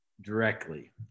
directly